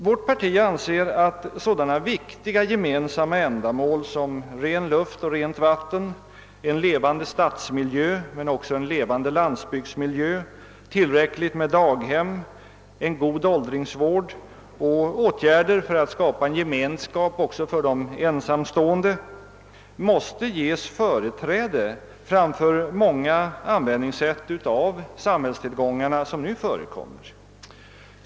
Vårt parti anser att åt sådana viktiga gemensamma ändamål som ren luft och rent vatten, en levande stadsmiljö men också en levande landsbygdsmiljö, tillräckligt med daghem, en god åldringsvård och åtgärder för att skapa gemenskap också för de ensamstående måste ges företräde framför många sätt att använda samhällstillgångarna som nu förekommer.